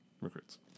recruits